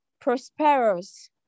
prosperous